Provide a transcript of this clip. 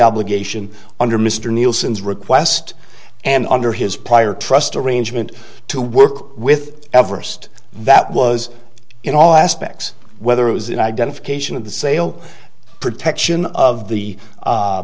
obligation under mr nielsen's request and under his prior trust arrangement to work with everest that was in all aspects whether it was an identification of the sale protection of the